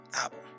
album